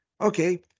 Okay